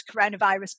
coronavirus